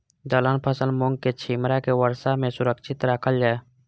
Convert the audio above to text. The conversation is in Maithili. दलहन फसल मूँग के छिमरा के वर्षा में सुरक्षित राखल जाय?